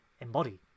embody